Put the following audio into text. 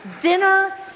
dinner